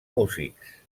músics